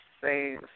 say